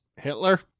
Hitler